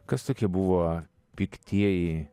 kas tokie buvo piktieji